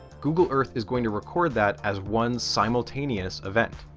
google earth is going to record that as one simultaneous event.